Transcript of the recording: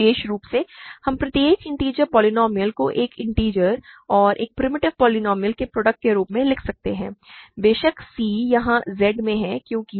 विशेष रूप से हम प्रत्येक इन्टिजर पोलीनोमिअल को एक इन्टिजर और एक प्रिमिटिव पोलीनोमिअल के प्रोडक्ट के रूप में लिख सकते हैं बेशक c यहाँ Z में है क्योंकि